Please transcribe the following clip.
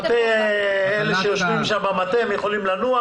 אלה שיושבים במטה יכולים לנוח.